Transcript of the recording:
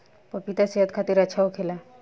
पपिता सेहत खातिर अच्छा होखेला